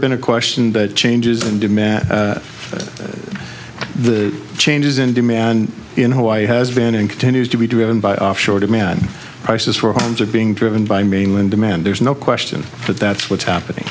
been a question that changes in demand for the changes in demand in hawaii has been and continues to be driven by offshore demand prices for homes are being driven by mainland demand there's no question that that's what's